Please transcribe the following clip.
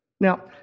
Now